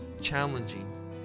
challenging